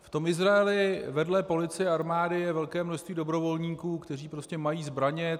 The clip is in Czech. V Izraeli vedle policie a armády je velké množství dobrovolníků, kteří mají zbraně.